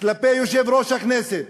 כלפי יושב-ראש הכנסת,